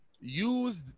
use